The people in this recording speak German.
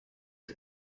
ist